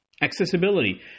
Accessibility